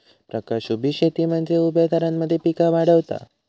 प्रकाश उभी शेती म्हनजे उभ्या थरांमध्ये पिका वाढवता